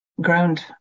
ground